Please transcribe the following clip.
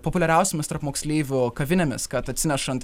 populiariausiomis tarp moksleivių kavinėmis kad atsinešant